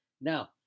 Now